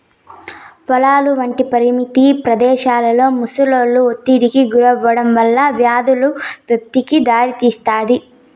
పొలాలు వంటి పరిమిత ప్రదేశాలలో మొసళ్ళు ఒత్తిడికి గురికావడం వల్ల వ్యాధుల వ్యాప్తికి దారితీస్తాది